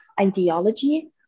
ideology